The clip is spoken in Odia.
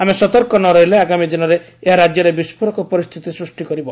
ଆମେ ସତର୍କ ନ ରହିଲେ ଆଗାମୀ ଦିନରେ ଏହା ରାଜ୍ୟରେ ବିସ୍ତୋରକ ପରିସ୍ସିତି ସୃଷ୍ଟି କରିବ